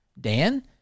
Dan